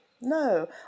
no